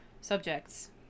subjects